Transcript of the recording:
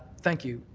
thank you,